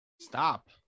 stop